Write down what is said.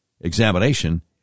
examination